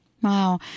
Wow